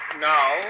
Now